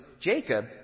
Jacob